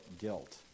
guilt